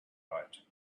riot